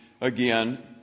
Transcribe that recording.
again